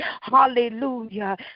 hallelujah